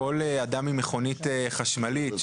כל אדם עם מכונית חשמלית,